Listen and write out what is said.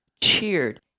cheered